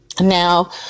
Now